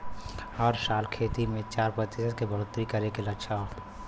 हर साल खेती मे चार प्रतिशत के बढ़ोतरी करे के लक्ष्य हौ